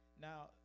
Now